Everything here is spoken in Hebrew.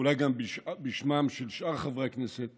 אולי גם בשמם של שאר חברי הכנסת,